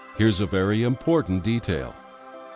here is a very important detail.